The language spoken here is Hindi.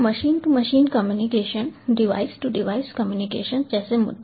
machine to machine communication device to device communication जैसे मुद्दे